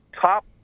top